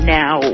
now